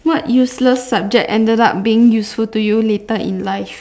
what useless subject ended up being useful to you later in life